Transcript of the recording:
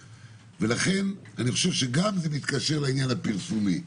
ולכן אני חושב שזה גם מתקשר לעניין הפרסומי,